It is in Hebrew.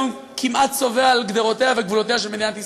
כמעט צובא על גדרותיה וגבולותיה של מדינת ישראל.